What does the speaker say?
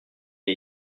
est